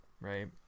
right